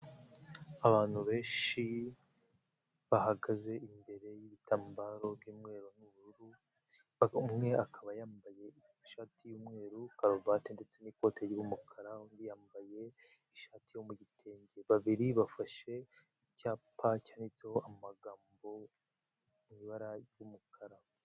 Abantu benshi bahagaze imbere y'ibitambaro by'umweru n'ubururu, umwe akaba yambaye ishati y'umweru, karuvati ndetse n'ikoti ry'umukara, undi yambaye ishati yo mu gitenge, babiri bafashe icyapa cyanditseho amagambo mu ibara ry'umukara.